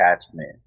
attachment